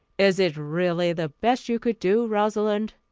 is it really the best you could do, rosalind?